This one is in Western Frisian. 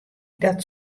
dat